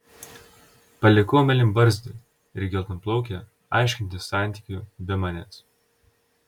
palikau mėlynbarzdį ir geltonplaukę aiškintis santykių be manęs